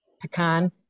pecan